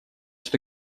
что